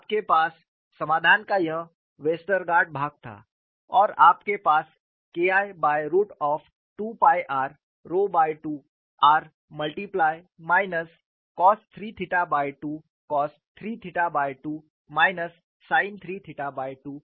आपके पास समाधान का यह वेस्टरगार्ड भाग था और आपके पास K I by root of 2 pi r rho by 2 r multiply minus cos 3 theta by 2 cos 3 theta by 2 minus sine 3 theta by 2